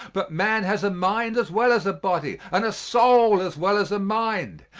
but man has a mind as well as a body, and a soul as well as a mind.